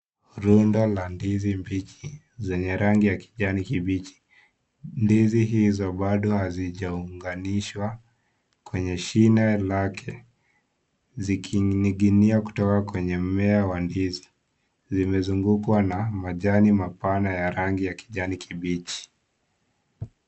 Rundo la ndizi mbichi zenye rangi ya kijani kibichi. Ndizi hizo bado hazijaunganishwa kwenye shina lake zikining'inia kutoka kwenye mmea wa ndizi . Zimezungukwa na majani mapana ya rangi ya kijani kibichi.